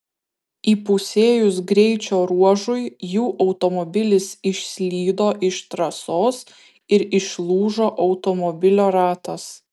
įpusėjus greičio ruožui jų automobilis išslydo iš trasos ir išlūžo automobilio ratas